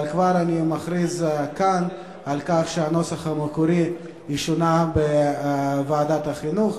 אבל אני כבר מכריז על כך שהנוסח המקורי ישונה בוועדת החינוך,